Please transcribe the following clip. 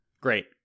Great